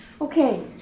Okay